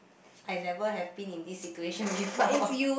I never have been in this situation before